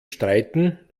streiten